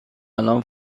الان